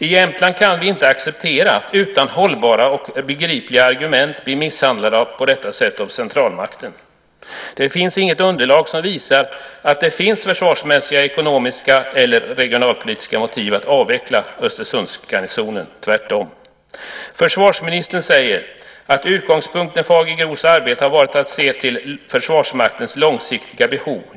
I Jämtland kan vi inte acceptera att utan hållbara och begripliga argument bli misshandlade på detta sätt av centralmakten. Det finns inget underlag som visar att det finns försvarsmässiga, ekonomiska eller regionalpolitiska motiv att avveckla Östersundsgarnisonen, tvärtom. Försvarsministern säger att utgångspunkten för AG GRO:s arbete har varit att se till Försvarsmaktens långsiktiga behov.